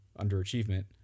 underachievement